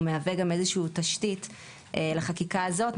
והוא מהווה גם איזו שהיא תשתית לחקיקה הזו,